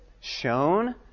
shown